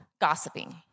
gossiping